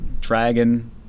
Dragon